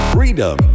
Freedom